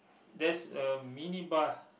there's a mini bar